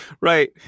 Right